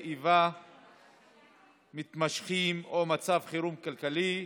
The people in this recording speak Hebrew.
איבה מתמשכים או מצב חירום כלכלי,